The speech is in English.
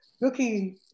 looking